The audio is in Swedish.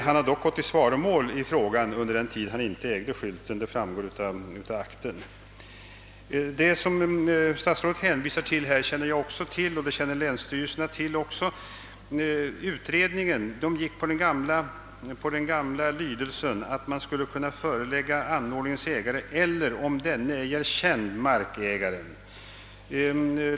Han har dock gått i svaromål i ärendet under den tid han inte ägde skylten; det framgår av akten. Det som statsrådet hänvisar till känner jag också till och även länsstyrelserna har vetskap därom. Utredningen gick på den gamla lydelsen att man skulle kunna förelägga anordningens ägare eller, om denne ej var känd, markägaren.